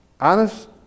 honest